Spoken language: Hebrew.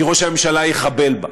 כי ראש הממשלה יחבל בה.